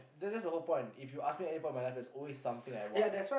that that's the whole point if you ask me any point my life there's always I want